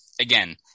Again